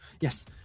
yes